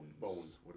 bones